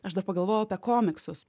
aš dar pagalvojau apie komiksus